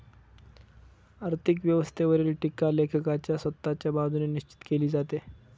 आर्थिक व्यवस्थेवरील टीका लेखकाच्या स्वतःच्या बाजूने निश्चित केली जाते